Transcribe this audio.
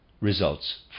results